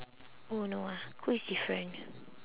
oh no ah is different